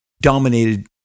dominated